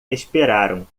esperaram